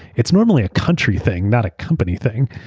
it's normally a country thing, not a company thing.